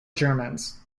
germans